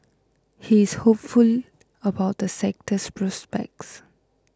he is hopeful about the sector's prospects